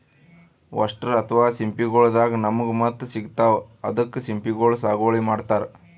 oyster ಅಥವಾ ಸಿಂಪಿಗೊಳ್ ದಾಗಾ ನಮ್ಗ್ ಮುತ್ತ್ ಸಿಗ್ತಾವ್ ಅದಕ್ಕ್ ಸಿಂಪಿಗೊಳ್ ಸಾಗುವಳಿ ಮಾಡತರ್